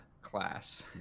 class